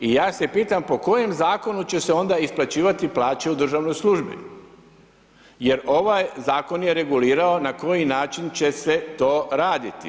I ja se pitam po kojem zakonu će se onda isplaćivati plaće u državnoj službi jer ovaj zakon je regulirao na koji način će se to raditi.